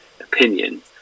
opinion